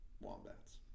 wombats